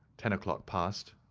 ten o'clock passed,